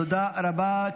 תודה רבה.